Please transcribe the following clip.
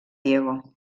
diego